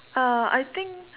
uh I think